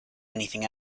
anything